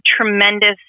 tremendous